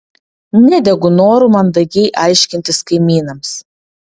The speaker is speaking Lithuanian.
nedegu noru mandagiai aiškintis kaimynams